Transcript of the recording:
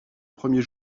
premier